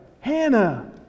Hannah